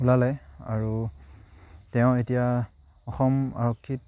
ওলালে আৰু তেওঁ এতিয়া অসম আৰক্ষীত